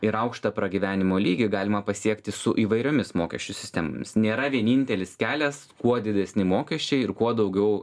ir aukštą pragyvenimo lygį galima pasiekti su įvairiomis mokesčių sistemomis nėra vienintelis kelias kuo didesni mokesčiai ir kuo daugiau